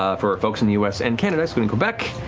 ah for folks in the us and canada, excluding quebec,